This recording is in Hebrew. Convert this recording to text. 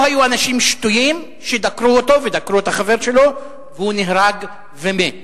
היו אנשים שתויים ודקרו אותו ודקרו את החבר שלו והוא נהרג ומת.